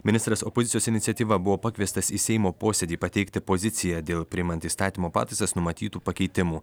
ministras opozicijos iniciatyva buvo pakviestas į seimo posėdį pateikti poziciją dėl priimant įstatymo pataisas numatytų pakeitimų